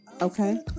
Okay